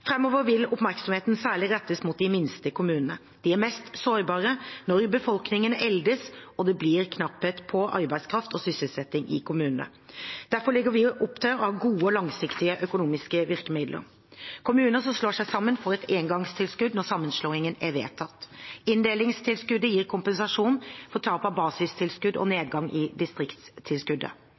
vil oppmerksomheten særlig rettes mot de minste kommunene. De er mest sårbare når befolkningen eldes og det blir knapphet på arbeidskraft og sysselsetting i kommunene. Derfor legger vi opp til å ha gode og langsiktige økonomiske virkemidler: Kommuner som slår seg sammen, får et engangstilskudd når sammenslåingen er vedtatt. Inndelingstilskuddet gir kompensasjon for tap av basistilskudd og nedgang i